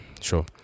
sure